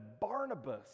Barnabas